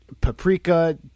paprika